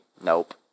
Nope